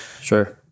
sure